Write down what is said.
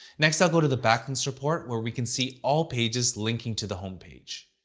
next, i'll go to the backlinks report, where we can see all pages linking to the homepage.